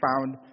found